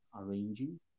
arranging